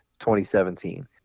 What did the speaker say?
2017